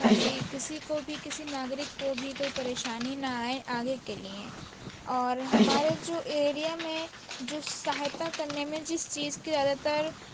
تا کہ کسی کو بھی کسی ناگرک کو بھی کوئی پریشانی نہ آئے آگے کے لیے اور ہمارے جو ایریا میں جو سہایتا کرنے میں جس چیز کی زیادہ تر